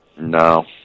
No